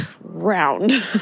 round